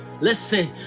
Listen